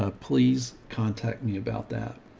ah please contact me about that.